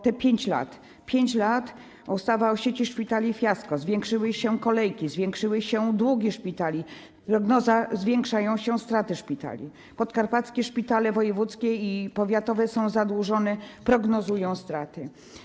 Te 5 lat: ustawa o sieci szpitali - fiasko, zwiększyły się kolejki, zwiększyły się długi szpitali, zgodnie z prognozą zwiększają się straty szpitali, podkarpackie szpitale wojewódzkie i powiatowe są zadłużone, prognozują straty.